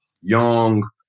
young